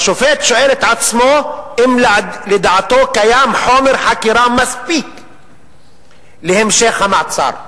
"השופט שואל את עצמו אם לדעתו קיים חומר חקירה מספיק להמשך המעצר.